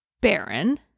Baron